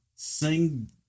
sing